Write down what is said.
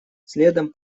следом